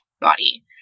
body